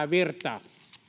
virtaa